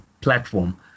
platform